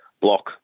block